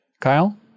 Kyle